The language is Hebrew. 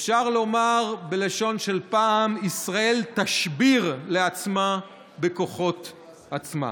אפשר לומר בלשון של פעם: ישראל תשביר לעצמה בכוחות עצמה.